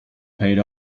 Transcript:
paid